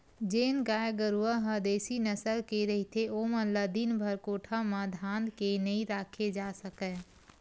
जेन गाय गरूवा ह देसी नसल के रहिथे ओमन ल दिनभर कोठा म धांध के नइ राखे जा सकय